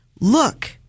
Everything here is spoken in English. look